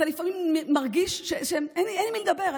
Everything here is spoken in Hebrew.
אתה לפעמים מרגיש שאין עם מי לדבר.